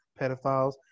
pedophiles